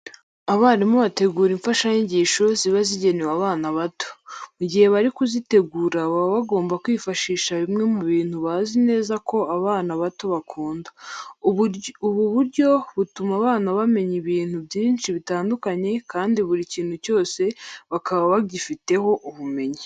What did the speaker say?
Abarimu bategura imfashanyigisho ziba zigenewe abana bato. Mu gihe bari kuzitegura baba bagomba kwifashisha bimwe mu bintu bazi neza ko abana bato bakunda. Ubu buryo butuma abana bamenya ibintu byinshi bitandukanye kandi buri kintu cyose bakaba bagifiteho ubumenyi.